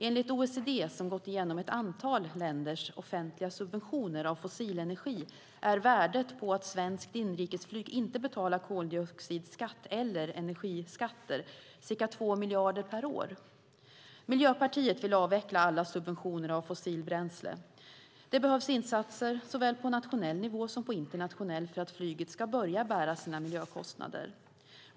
Enligt OECD, som gått igenom ett antal länders offentliga subventioner av fossilenergi, är värdet på att svenskt inrikesflyg inte betalar koldioxidskatt eller energiskatter ca 2 miljarder per år. Miljöpartiet vill avveckla alla subventioner av fossilbränsle. Det behövs insatser såväl på nationell som på internationell nivå för att flyget ska börja bära sina miljökostnader.